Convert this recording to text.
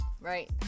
right